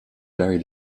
very